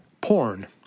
porn